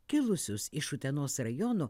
kilusius iš utenos rajono